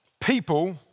people